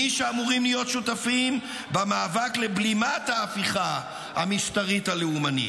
מי שאמורים להיות שותפים במאבק לבלימת ההפיכה המשטרית הלאומנית.